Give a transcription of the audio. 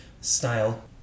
style